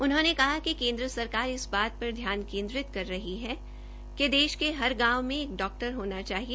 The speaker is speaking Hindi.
उन्होंने कहा कि केंद्र सरकार इस बात पर ध्यान केंद्रित कर रही है कि देश के हर गांव में एक डॉक्टर होना चाहिए